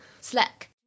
slack